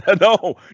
no